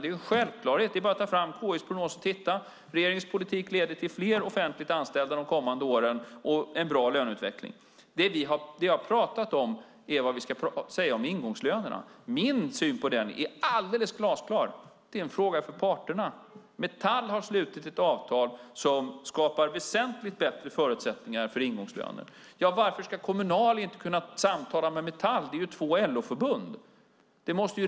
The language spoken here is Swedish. Det är en självklarhet. Det är bara att ta fram KI:s prognos och titta: Regeringens politik leder till fler offentligt anställda de kommande åren och en bra löneutveckling. Det jag har pratat om är vad vi ska säga om ingångslönerna. Min syn är alldeles glasklar: Det är en fråga för parterna. Metall har slutit ett avtal som skapar väsentligt bättre förutsättningar för ingångslöner. Varför ska inte Kommunal kunna samtala med Metall? Det är ju två LO-förbund.